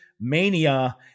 Mania